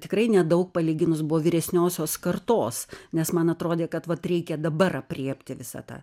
tikrai nedaug palyginus buvo vyresniosios kartos nes man atrodė kad vat reikia dabar aprėpti visą tą